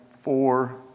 four